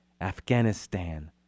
Afghanistan